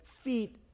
feet